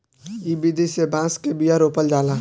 इ विधि से बांस के बिया रोपल जाला